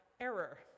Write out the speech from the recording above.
error